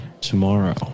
tomorrow